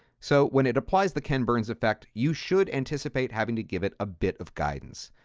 so when it applies the ken burns effect, you should anticipate having to give it a bit of guidance.